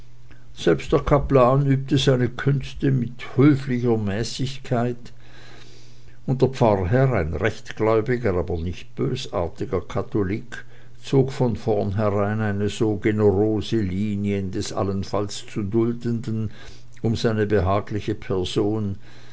selbst der kaplan übte seine künste mit höflicher mäßigkeit und der pfarrherr ein rechtgläubiger aber nicht bösartiger katholik zog von vornherein eine so generose linie des allenfalls zu dulden den um seine behagliche person